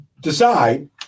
decide